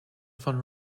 von